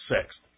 sixth